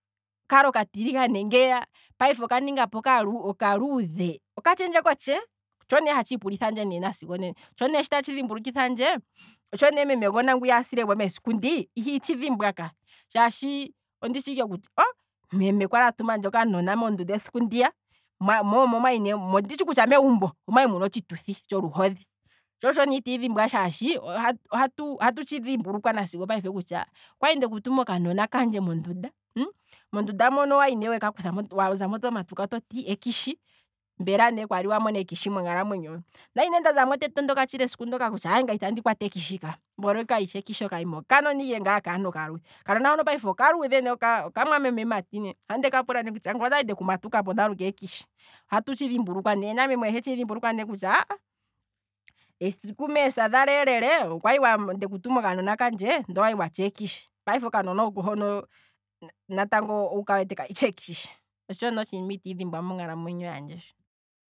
Kali okatiligane ngiya, payife okaninga okaluudhe, okatshendje kotshee? Otsho nee hatshi ipulithandje ne sigo onena, sho ne tatshi dhimbulukithandje oshi memegona ngwiya asile mesiku ndi, ihi tshidhimbwa ka, shaashi ondityi kutya meme kwali atumandje okanona mondunda esiku ndiya, momo mwali ne muna, ondi tshitshi kutya megumbo omwali muna otshituthi tsho luhodhi tsho tsho ne itandi dhimbwa shaashi, ohatu ohatu tshi dhimbulukwa nasigo opayife kutya, okwali ndeku tuma okanona kandje mondunda, moka okwali ne wazamo tomatuka toti ekishi, mbela ne kwali wa mona ekishi monkalamwenyo hohe, ondali ne ndazamo te tondoka esiku ndoka kutya aye ngaye ite kwata ekishi, nani okaima okanona ike kaantu oka luudhe, okanona hono payife oka luudhe ne okamwameme mati, ohandi ka pula ne kutya ondali ndeku matukapo ngwee ndaluka ekishi, ohatu tshi dhimbulukwa ne, na meme ohetshi dhimbulukwa ne kutya ahah, esiku meesa dha lele, okwali ndeku tuma okanona kandje ndele okwali watsha ekishi, payife okanona oko hono, owuka wete kutya kayishi ekishi, otsho ne otshiima ite dhimbwa monkalamwenyo handje sho.